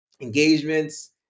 engagements